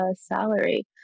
salary